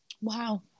Wow